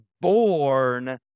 born